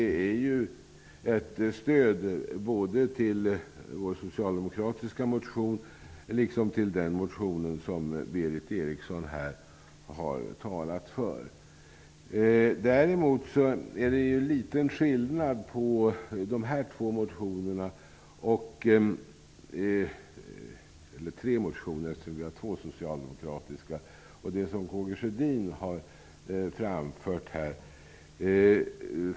Det han säger är ett stöd både för vår socialdemokratiska motion och för den motion som Berith Eriksson har talat för. Det är liten skillnad mellan dessa tre motioner -- vi har ju två socialdemokratiska motioner -- och det som Karl Gustaf Sjödin har framfört här.